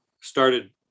started